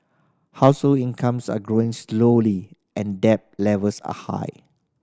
household incomes are growing slowly and debt levels are high